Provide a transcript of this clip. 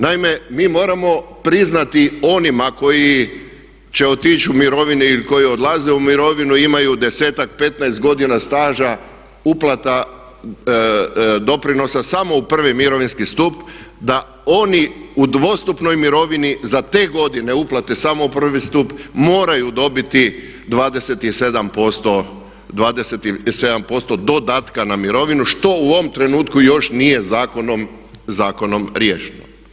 Naime mi moramo priznati onima koji će otići u mirovine ili koji odlaze u mirovinu imaju 10-ak, 15 godina staža uplata doprinosa samo u prvi mirovinski stup da oni u dvostupnoj mirovini za te godina uplate samo u prvi stup moraju dobiti 27% dodatka na mirovinu što u ovom trenutku još nije zakonom, zakonom riješeno.